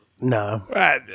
No